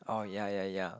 oh ya ya ya